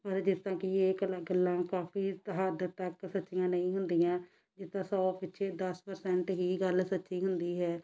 ਪਰ ਜਿਸ ਤਰਾਂ ਕਿ ਇਹ ਕ ਗੱਲਾਂ ਕਾਫੀ ਹੱਦ ਤੱਕ ਸੱਚੀਆਂ ਨਹੀਂ ਹੁੰਦੀਆਂ ਜਿੱਦਾਂ ਸੌ ਪਿੱਛੇ ਦਸ ਪਰਸੈਂਟ ਹੀ ਗੱਲ ਸੱਚੀ ਹੁੰਦੀ ਹੈ